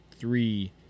three